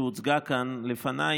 שהוצגה כאן לפניי,